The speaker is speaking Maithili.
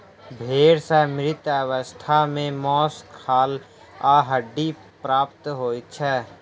भेंड़ सॅ मृत अवस्था मे मौस, खाल आ हड्डी प्राप्त होइत छै